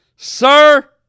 Sir